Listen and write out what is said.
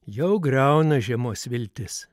jau griauna žiemos viltis